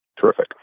terrific